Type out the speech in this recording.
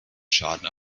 schaden